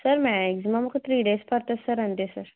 sir maximum ఒక three days పడుతుంది sir అంతే సార్